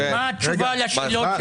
אני לא יודע כמה עולה לכם בדיקת קורונה.